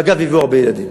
ואגב, הביאו הרבה ילדים.